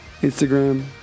Instagram